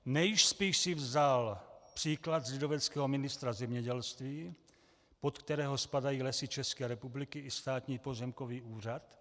Nejspíš si vzal příklad z lidoveckého ministra zemědělství, pod kterého spadají Lesy České republiky i Státní pozemkový úřad.